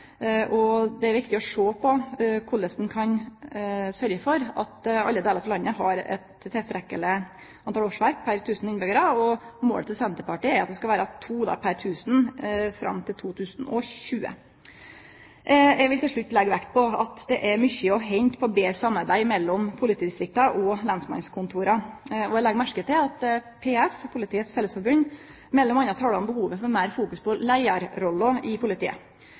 innbyggjarar. Det er viktig å sjå på korleis ein kan sørgje for at alle delar av landet har eit tilstrekkeleg antall årsverk pr. tusen innbyggjarar. Målet til Senterpartiet er at det skal vere to pr. tusen fram til 2020. Eg vil til slutt leggje vekt på at det er mykje å hente på betre samarbeid mellom politidistrikta og lensmannskontora. Eg legg merke til at Politiets Fellesforbund m.a. taler om behovet for meir fokus på leiarroller i politiet.